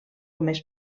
més